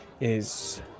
is-